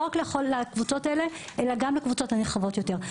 לא רק לקבוצות האלה אלא גם לקבוצות הנרחבות יותר.